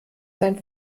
sein